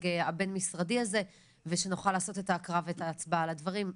הבין משרדי הזה שנוכל לעשות את ההקראה וההצבעה על הדברים.